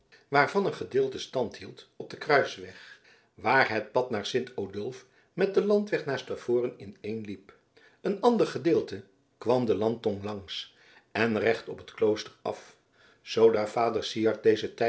waarvan een gedeelte stand hield op den kruisweg waar het pad naar sint odulf met den landweg naar stavoren ineenliep een ander gedeelte kwam de landtong langs en recht op het klooster af zoodra vader syard deze